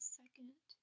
second